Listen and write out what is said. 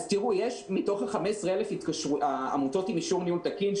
מתוך 15,000 העמותות עם אישור ניהול תקין,